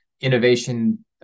Innovation